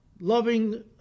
loving